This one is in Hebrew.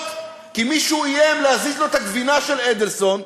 לבחירות כי מישהו איים להזיז לו את הגבינה של אדלסון,